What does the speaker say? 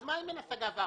אז מה אם אין השגה וערר?